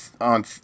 on